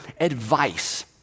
advice